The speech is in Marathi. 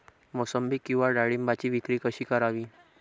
मोसंबी किंवा डाळिंबाची विक्री कशी करावी?